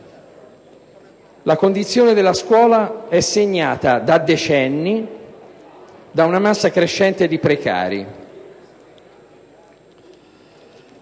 La condizione della scuola è segnata, da decenni, da una massa crescente di precari.